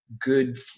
good